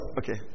okay